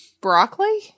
broccoli